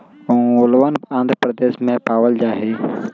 ओंगोलवन आंध्र प्रदेश में पावल जाहई